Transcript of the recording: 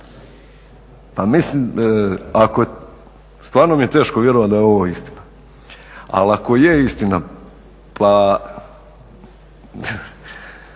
Pa mislim ako, stvarno mi je teško vjerovat da je ovo istina. Ali ako je istina, pa